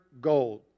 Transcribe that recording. gold